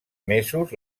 mesos